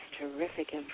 terrific